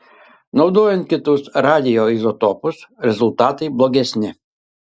naudojant kitus radioizotopus rezultatai blogesni